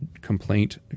complaint